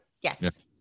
Yes